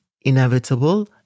inevitable